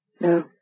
No